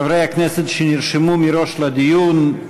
חברי הכנסת שנרשמו מראש לדיון,